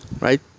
Right